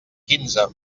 quinze